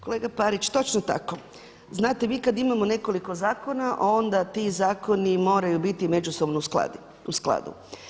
Kolega Parić točno tako, znate vi kad imamo nekoliko zakona onda ti zakoni moraju biti međusobno u skladu.